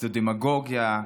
זאת דמגוגיה,